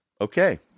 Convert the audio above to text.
Okay